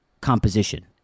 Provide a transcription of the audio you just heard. composition